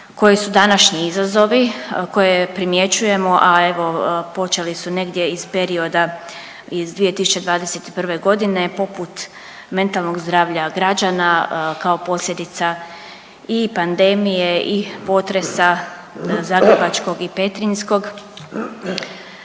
koji su današnji izazovi koje primjećujemo, a evo počeli su negdje iz perioda iz 2021.g. poput mentalnog zdravlja građana kao posljedica i pandemije i potresa zagrebačkog i petrinjskog,